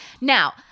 now